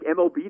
MLB